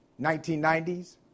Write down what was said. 1990s